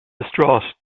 distraught